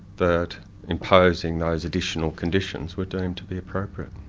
that imposing those additional conditions were deemed to be appropriate.